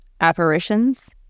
apparitions